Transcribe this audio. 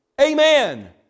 Amen